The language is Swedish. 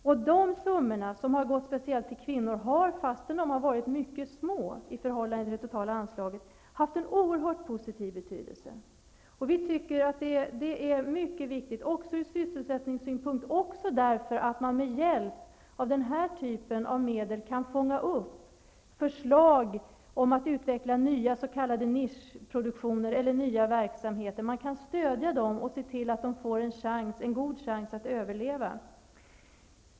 Fast dessa summor varit mycket små i förhållande till det totala anslaget har de haft en oerhört positiv betydelse. Vi tycker att detta är mycket viktigt ur sysselsättningssynpunkt, men också därför att man med hjälp av denna typ av medel kan fånga upp förslag om att utveckla nya s.k. nischproduktioner eller nya verksamheter. Man kan stödja dem och se till att de får en god chans att överleva.